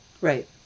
Right